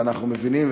ואנחנו מבינים,